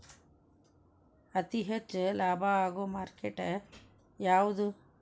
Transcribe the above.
ಅತಿ ಹೆಚ್ಚು ಲಾಭ ಆಗುವ ಮಾರ್ಕೆಟ್ ಯಾವುದು?